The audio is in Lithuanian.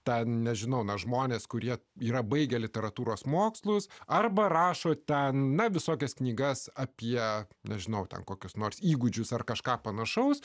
tą nežinau na žmonės kurie yra baigę literatūros mokslus arba rašo ten visokias knygas apie nežinau ten kokius nors įgūdžius ar kažką panašaus